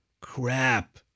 Crap